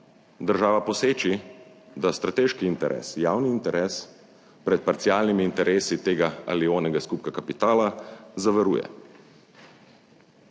država poseči, da strateški interes, javni interes pred parcialnimi interesi tega ali onega skupka kapitala zavaruje.